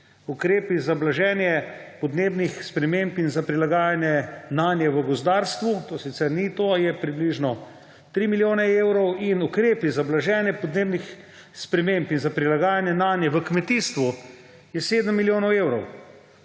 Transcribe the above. ukrepih za blaženje podnebnih sprememb in za prilaganje nanje v gozdarstvu, to sicer ni to, je približno 3 milijone evrov in pri ukrepih za blaženje podnebnih sprememb in za prilagajanje nanje v kmetijstvu je 7 milijonov evrov